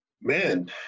Man